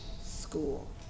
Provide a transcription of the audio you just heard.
school